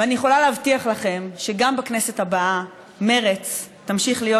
ואני יכולה להבטיח לכם שגם בכנסת הבאה מרצ תמשיך להיות